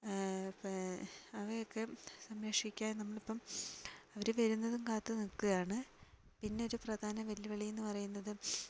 ഇപ്പോൾ അവയൊക്കെ സംരക്ഷിക്കാൻ നമ്മളിപ്പം അവർ വരുന്നതും കാത്ത് നിൽക്കുകയാണ് പിന്നൊരു പ്രധാന വെല്ലുവിളിയെന്നു പറയുന്നത്